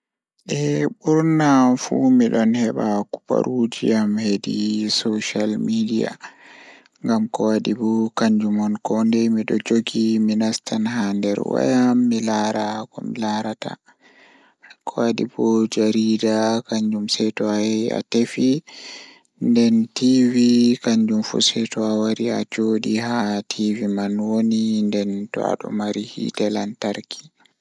Eh ɓurnaafu miɗon heɓa kubaruji an hedi soshiyal midiya Miɗo waawi jokkude e news ngal e social media, ammaa mi waawi yiɗde e TV kadi. Miɗo njogii waɗde jeydi ko e ngoodi leydi ngal, sabu miɗo waawi jeydugo no waawugol.